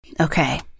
Okay